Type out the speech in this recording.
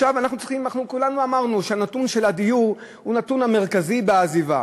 אנחנו כולנו אמרנו שהנתון של הדיור הוא הנתון המרכזי בעזיבה.